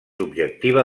objectiva